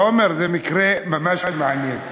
עמר, זה מקרה ממש מעניין.